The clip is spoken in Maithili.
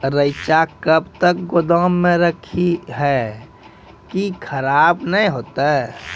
रईचा कब तक गोदाम मे रखी है की खराब नहीं होता?